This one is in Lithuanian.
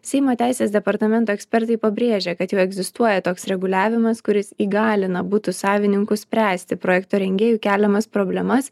seimo teisės departamento ekspertai pabrėžia kad jau egzistuoja toks reguliavimas kuris įgalina butų savininkus spręsti projekto rengėjų keliamas problemas